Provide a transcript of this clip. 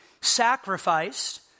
sacrificed